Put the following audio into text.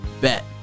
bet